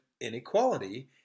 inequality –